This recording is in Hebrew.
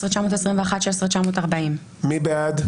16,641 עד 16,660. מי בעד?